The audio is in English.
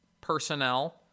personnel